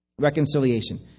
reconciliation